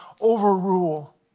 overrule